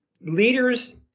leaders